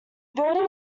building